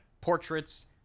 portraits